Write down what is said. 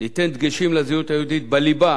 ניתן דגשים לזהות היהודית בליבה,